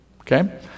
okay